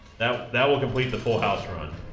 that that will complete the full house run